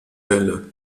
bälle